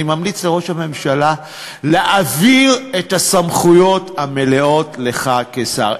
אני ממליץ לראש הממשלה להעביר את הסמכויות המלאות לך כשר.